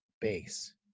base